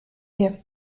mir